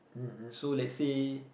so let's say